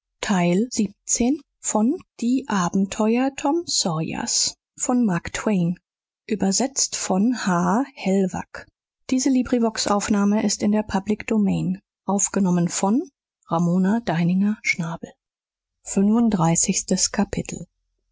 die abenteuer tom sawyers